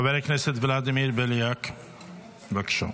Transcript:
חבר הכנסת ולדימיר בליאק, בבקשה.